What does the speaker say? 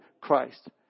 Christ